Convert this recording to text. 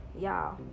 Y'all